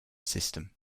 system